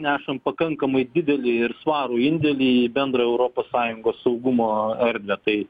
nešam pakankamai didelį ir svarų indėlį į bendrą europos sąjungos saugumo erdvę tai